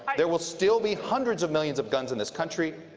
and there will still be hundreds of millions of guns in this country.